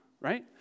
right